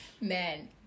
man